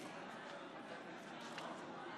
מה קורה?